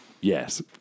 Yes